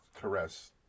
Caress